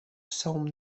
some